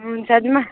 हुन्छ जुमा